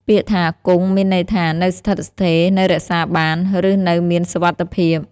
ពាក្យថា «គង់» មានន័យថា នៅស្ថិតស្ថេរ នៅរក្សាបាន ឬនៅមានសុវត្ថិភាព។